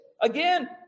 Again